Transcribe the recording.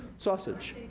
sausage.